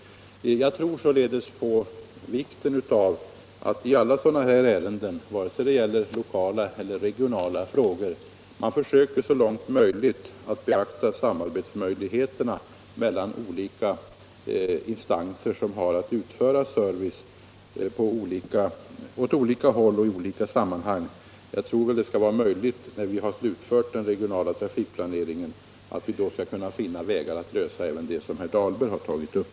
Jag tror således på vikten av att man i alla sådana här ärenden — vare sig det gäller lokala eller regionala frågor — försöker att så långt möjligt beakta förutsättningarna för ett samarbete mellan olika instanser som har att utföra service åt olika håll och i olika sammanhang. Och när vi slutfört den regionala trafikplaneringen skall vi nog kunna finna vägar att lösa även det problem som herr Dahlberg tagit upp.